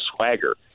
swagger